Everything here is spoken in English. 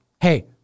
Hey